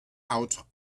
out